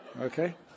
Okay